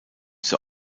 zur